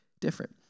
different